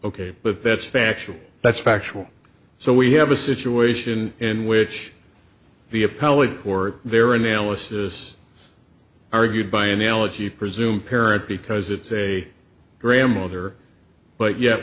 ok but that's factual that's factual so we have a situation in which the appellate court there analysis argued by analogy presume parent because it's a grandmother but yet